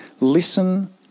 listen